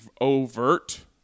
overt